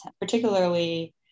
particularly